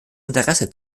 interesse